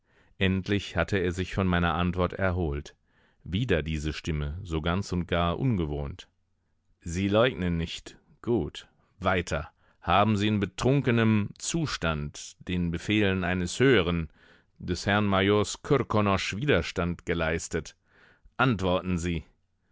endlich hatte er sich von meiner antwort erholt wieder diese stimme so ganz und gar ungewohnt sie leugnen nicht gut weiter haben sie in betrunkenem zustand den befehlen eines höheren des herrn majors krkonosch widerstand geleistet antworten sie